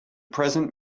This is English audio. present